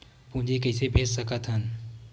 पूंजी कइसे भेज सकत हन?